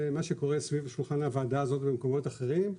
זה מה שקורה כאן סביב שולחן הוועדה הזאת ובשולחנות אחרים,